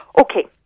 okay